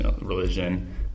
religion